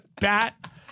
bat